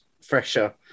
fresher